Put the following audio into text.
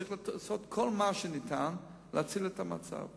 צריך לעשות כל מה שניתן כדי להציל את המצב.